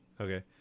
Okay